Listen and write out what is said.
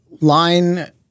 line –